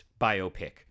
biopic